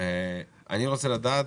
אני רוצה לדעת,